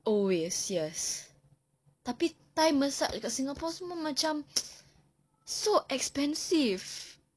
always yes tapi thai massage dekat singapore semua macam so expensive